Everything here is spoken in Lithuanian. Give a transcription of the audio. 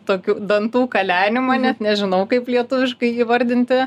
tokių dantų kalenimą net nežinau kaip lietuviškai įvardinti